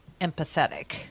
empathetic